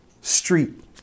street